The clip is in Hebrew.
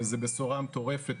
זו בשורה מטורפת,